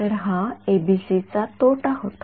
तर हा एबीसी चा तोटा होता